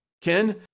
Ken